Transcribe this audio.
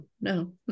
No